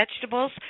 vegetables